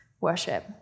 worship